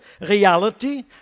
reality